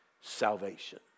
salvation